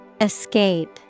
Escape